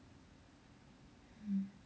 mm